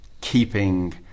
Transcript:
keeping